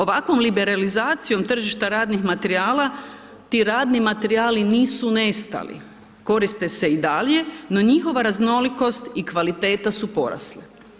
Ovakvom liberalizacijom tržišta radnih materijala ti radni materijali nisu nestali, koriste se i dalje no njihova raznolikost i kvaliteta su porasle.